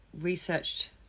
researched